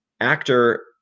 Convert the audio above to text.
Actor